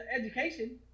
education